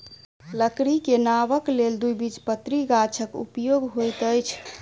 लकड़ी के नावक लेल द्विबीजपत्री गाछक उपयोग होइत अछि